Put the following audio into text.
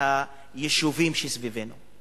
מהיישובים שסביבנו,